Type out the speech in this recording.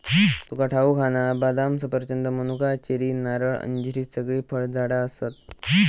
तुका ठाऊक हा ना, बदाम, सफरचंद, मनुका, चेरी, नारळ, अंजीर हि सगळी फळझाडा आसत